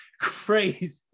crazy